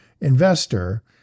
investor